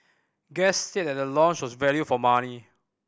guests said the lounge was value for money